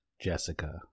Jessica